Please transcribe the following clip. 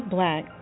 Black